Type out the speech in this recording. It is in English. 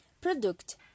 Product